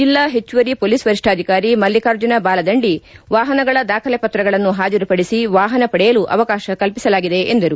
ಜಿಲ್ಲಾ ಹೆಚ್ಚುವರಿ ಪೋಲಿಸ್ ವರಿಷ್ಠಾಧಿಕಾರಿ ಮಲ್ಲಿಕಾರ್ಜುನ ಬಾಲದಂಡಿ ವಾಹನಗಳ ದಾಖಲೆ ಪತ್ರಗಳನ್ನು ಹಾಜರುಪಡಿಸಿ ವಾಹನ ಪಡೆಯಲು ಅವಕಾಶ ಕಲ್ಪಿಸಲಾಗಿದೆ ಎಂದರು